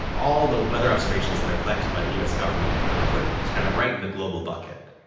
all the weather observations that are collected by the u s. government are put kind of right in the global bucket.